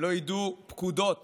שלא ידעו פקודות